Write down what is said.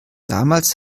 damals